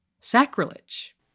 Sacrilege